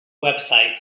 website